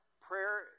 prayer